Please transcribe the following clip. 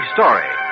Story